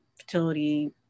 fertility